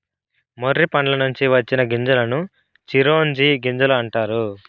మొర్రి పండ్ల నుంచి వచ్చిన గింజలను చిరోంజి గింజలు అంటారు